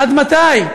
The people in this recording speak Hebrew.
עד מתי?